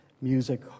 music